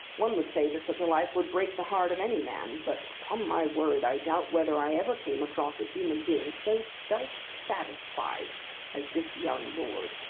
one would say that such a life would break the heart of any man but upon my word, i doubt whether i ever came across a human being so self-satisfied as this young lord.